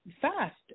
Fast